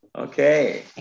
Okay